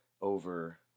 over